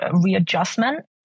readjustment